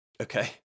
okay